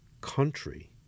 country